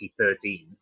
2013